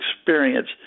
experience